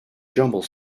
jumble